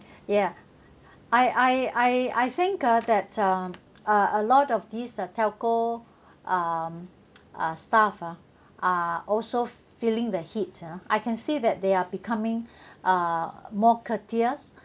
ya I I I I think ah that um uh a lot of these uh telco um uh staff ah are also feeling the heat ah I can see that they are becoming uh more courteous